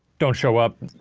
don't show up.